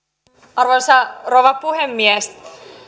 arvoisa rouva puhemies